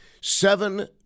Seven